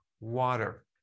water